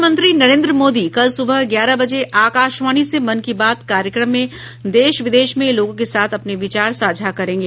प्रधानमंत्री नरेन्द्र मोदी कल सूबह ग्यारह बजे आकाशवाणी से मन की बात कार्यक्रम में देश विदेश में लोगों के साथ अपने विचार साझा करेंगे